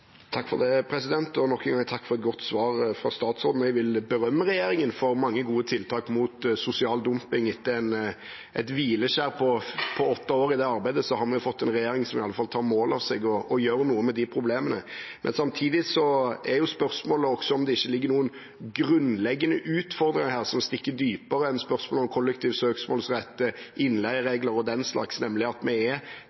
Nok en gang takk for et godt svar fra statsråden. Jeg vil berømme regjeringen for mange gode tiltak mot sosial dumping. Etter et hvileskjær på åtte år i det arbeidet har vi fått en regjering som i alle fall tar mål av seg å gjøre noe med de problemene. Samtidig er jo spørsmålet om det ikke ligger noen grunnleggende utfordringer her som stikker dypere enn spørsmålet om kollektiv søksmålsrett,